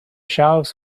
shelves